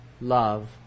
love